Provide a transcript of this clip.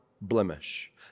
blemish